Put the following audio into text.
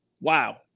Wow